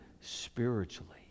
spiritually